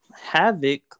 Havoc